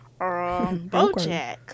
Bojack